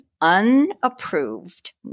unapproved